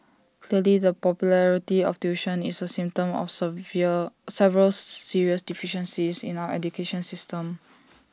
clearly the popularity of tuition is A symptom of severe several serious deficiencies in our education system